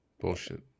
Bullshit